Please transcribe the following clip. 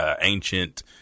ancient